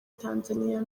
tanzania